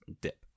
dip